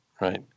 right